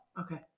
Okay